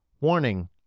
Warning